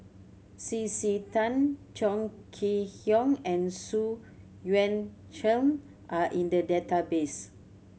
C C Tan Chong Kee Hiong and Xu Yuan Zhen are in the database